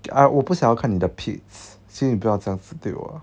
ah 我不想要看你的 pits 请你不要这样子对我